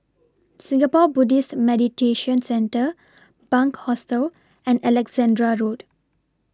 Singapore Buddhist Meditation Centre Bunc Hostel and Alexandra Road